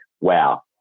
wow